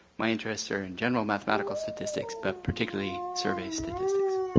my interests are in general mathematical statistics but particularly survey statistics.